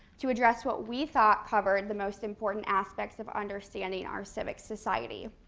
to address what we thought covered the most important aspects of understanding our civic society.